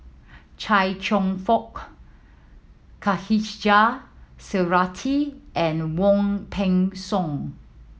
Chia Cheong Fook Khatijah Surattee and Wong Peng Soon